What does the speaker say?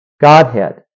Godhead